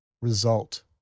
result